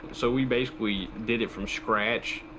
so we basically did it from scratch.